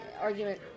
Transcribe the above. argument